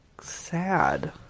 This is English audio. sad